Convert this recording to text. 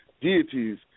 deities